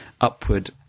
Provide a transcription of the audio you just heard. upward